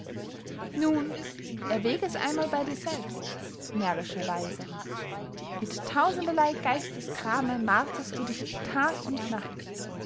nun erwäg es einmal bey dir selbst närrischer weiser mit tausenderley geistesgrame marterst du dich tag und nacht